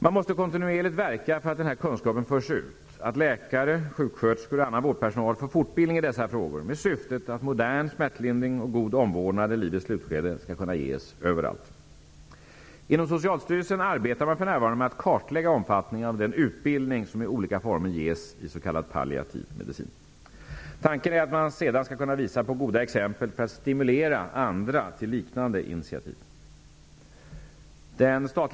Man måste kontinuerligt verka för att den här kunskapen förs ut, att läkare, sjuksköterskor och annan vårdpersonal får fortbildning i dessa frågor med syftet att modern smärtlindring och omvårdnad i livets slutskede skall kunna ges överallt. Inom Socialstyrelsen arbetar man för närvarande med att kartlägga omfattningen av den utbildning som i olika former ges i palliativ medicin. Tanken är att man skall kunna visa på goda exempel för att stimulera andra liknande initiativ.